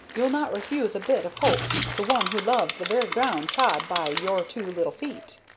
you'll not refuse a bit of hope to one who loves the very ground trod by your two little feet.